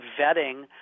vetting